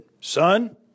son